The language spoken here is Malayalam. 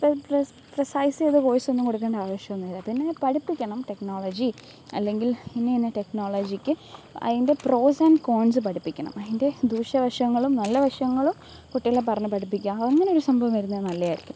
പ്രീസൈസ് ചെയ്ത് കോഴ്സൊന്നും കൊടുക്കേണ്ട ആവശ്യമൊന്നുമില്ല പിന്നെ പഠിപ്പിക്കണം ടെക്നോളജി അല്ലെങ്കിൽ ഇന്നയിന്ന ടെക്നോളജിക്ക് അതിൻ്റെ പ്രോസെന് കോൺസ് പഠിപ്പിക്കണം അതിന്റെ ദൂഷ്യവശങ്ങളും നല്ലവശങ്ങളും കുട്ടികളെ പറഞ്ഞ് പഠിപ്പിക്കുക അങ്ങനെ ഒരു സംഭവം വരുന്നത് നല്ലതായിരിക്കും